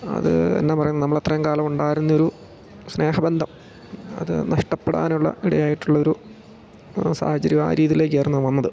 അത് എന്നാ പറയുന്നത് നമ്മളത്രയും കാലം ഉണ്ടായിരുന്നൊരു സ്നേഹബന്ധം അത് നഷ്ടപ്പെടാനുള്ള ഇടയായിട്ടുള്ളൊരു സാഹചര്യം ആ രീതിയിലേക്കായിരുന്നു വന്നത്